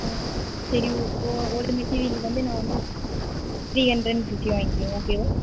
சரி ஒ ஒரு மெட்டீரியல் வந்து நா வந்து த்ரீ ஹண்ரட் அண்ட் ஃபிஃப்டி வாங்கிக்கிறேன் ஓகேவா